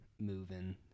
moving